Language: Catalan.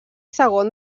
segon